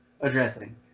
addressing